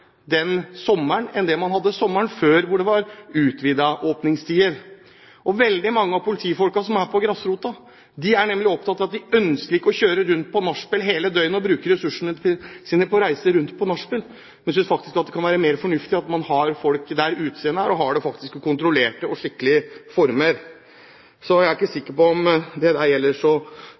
den sommeren enn det man hadde sommeren før, hvor det var utvidede åpningstider. Veldig mange av politifolkene på grasrota er nemlig veldig opptatt av at de ikke ønsker å kjøre rundt på nachspiel hele døgnet og bruke ressursene sine på den måten. De synes faktisk at det kan være mer fornuftig at man har folk der utestedene er, og har det i kontrollerte og skikkelige former. Så jeg er ikke sikker på